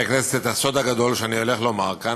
הכנסת את הסוד הגדול שאני הולך לומר כאן,